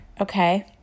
okay